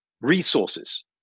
resources